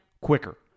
quicker